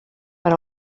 per